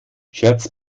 scherz